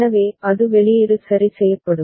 எனவே அது வெளியீடு சரி செய்யப்படும்